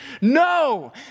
No